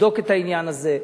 לבדוק את העניין הזה,